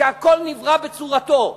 שהכול נברא בצורתו.